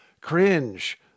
cringe